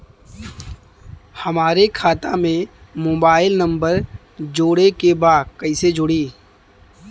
हमारे खाता मे मोबाइल नम्बर जोड़े के बा कैसे जुड़ी?